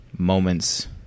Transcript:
moments